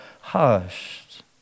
hushed